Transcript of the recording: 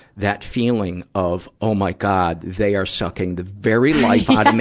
that feeling of, oh my god. they are sucking the very life out of me.